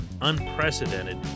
unprecedented